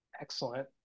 Excellent